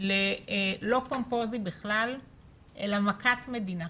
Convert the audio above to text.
לא פומפוזי בכלל אלא מכת מדינה.